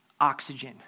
oxygen